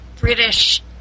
British